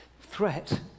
threat